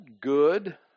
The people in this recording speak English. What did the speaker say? good